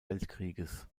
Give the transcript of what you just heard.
weltkrieges